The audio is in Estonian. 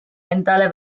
endale